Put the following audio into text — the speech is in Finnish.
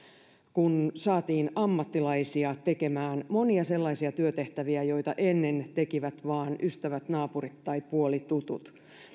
kun saatiin ammattilaisia tekemään monia sellaisia työtehtäviä joita ennen tekivät vain ystävät naapurit tai puolitutut